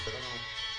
בסדר גמור.